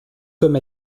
comme